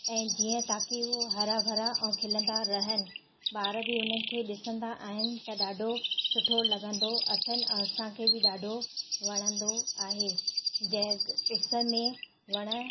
ऐं जीअं ताकी उहे हरा भरा ऐं खिलंदा रहनि ॿार बि उन्हनि खे ॾिसंदा आहिनि त ॾाढो सुठो लॻंदो अथनि ऐं असांखे बि ॾाढो वणंदो आहे जंहिं उस में वण